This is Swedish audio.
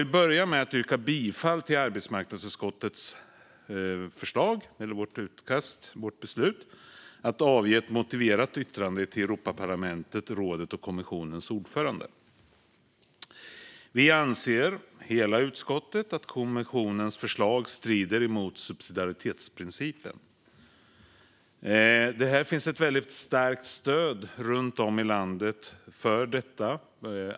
Jag börjar med att yrka bifall till arbetsmarknadsutskottets förslag att avge ett motiverat yttrande till Europaparlamentet, rådet och kommissionens ordförande. Hela utskottet anser att kommissionens förslag strider mot subsidiaritetsprincipen. Subsidiaritetsprövning av kommissionens förslag till direktiv om tillräckliga minimi-löner i Europeiska unionen Det finns ett väldigt starkt stöd runt om i landet för detta.